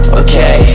okay